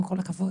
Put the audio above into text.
עם כל הכבוד,